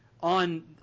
on